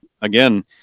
Again